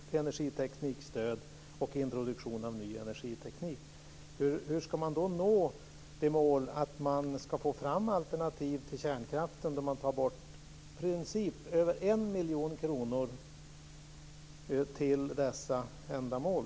Det är energiteknikstöd och introduktion av ny energiteknik. Hur ska man då nå målet att få fram alternativ till kärnkraften? Man tar i princip bort över 1 miljon kronor till dessa ändamål.